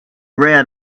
rare